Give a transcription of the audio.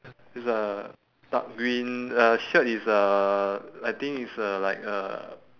it's a dark green uh shirt is uh I think is a like a